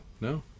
no